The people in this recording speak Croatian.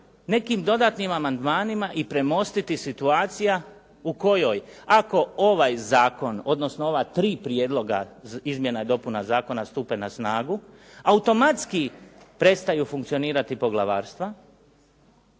nekim dodatnim amandmanima i premostiti situacija u kojoj ako ovaj zakon odnosno ova tri prijedloga izmjena i dopuna zakona stupe na snagu automatski prestaju funkcionirati poglavarstva